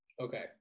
Okay